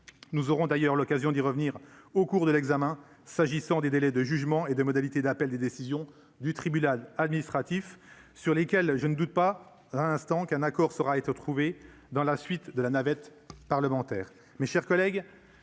nous aurons d'ailleurs l'occasion d'y revenir au cours de l'examen s'agissant des délais de jugement et de modalités d'appel des décisions du tribunal administratif sur lesquels je ne doute pas un instant qu'un accord sera été dans la suite de la navette parlementaire,